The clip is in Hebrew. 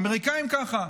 האמריקאים ככה,